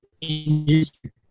industry